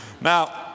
Now